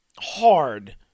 hard